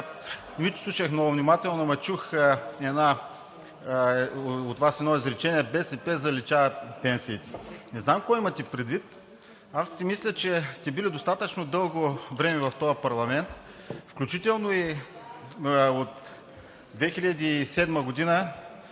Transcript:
Ви слушах много внимателно, но чух от Вас едно изречение: БСП заличава пенсиите. Не знам какво имате предвид. Мисля, че сте били достатъчно дълго време в този парламент, включително и през 2007 г.,